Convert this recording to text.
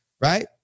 Right